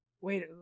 Wait